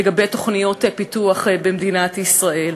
לגבי תוכניות פיתוח במדינת ישראל.